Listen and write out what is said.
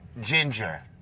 ginger